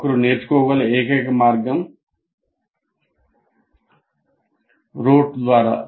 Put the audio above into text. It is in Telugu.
ఒకరు నేర్చుకోగల ఏకైక మార్గం రోట్ ద్వారా